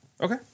Okay